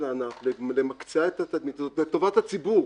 הענף ולמקצע את התדמית הזאת לטובת הציבור.